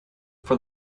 for